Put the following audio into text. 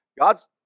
God's